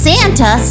Santa